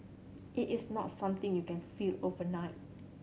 it is not something you can feel overnight